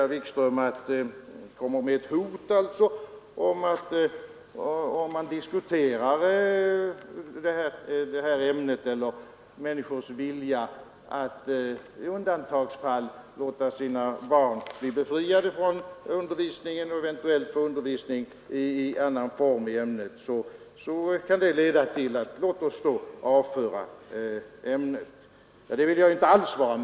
Herr Wikström hotar med att om vi diskuterar det här ämnet eller människors vilja att i undantagsfall låta sina barn bli befriade från undervisningen för att få individuell undervisning i annan form, kan det leda till att många säger: Låt oss avföra ämnet från skolschemat.